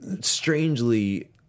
strangely